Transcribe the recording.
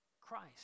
Christ